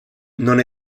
non